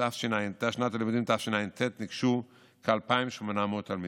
הלימודים התשע"ט ניגשו כ-2,800 תלמידים.